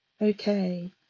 Okay